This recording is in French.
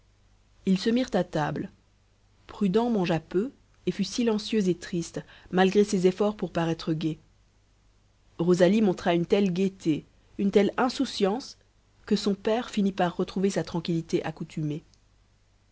ils se mirent à table prudent mangea peu et fut silencieux et triste malgré ses efforts pour paraître gai rosalie montra une telle gaieté une telle insouciance que son père finit par retrouver sa tranquillité accoutumée